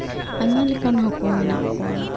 ᱟᱭᱢᱟ ᱞᱮᱠᱟᱱ ᱦᱟᱹᱠᱩ ᱢᱮᱱᱟᱜ ᱠᱚᱣᱟ